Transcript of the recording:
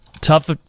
tough